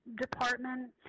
department